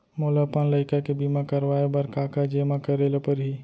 मोला अपन लइका के बीमा करवाए बर का का जेमा करे ल परही?